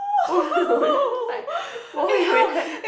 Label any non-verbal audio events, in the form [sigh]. [laughs] then I just like [laughs] 我回回来的:wo hui huilai de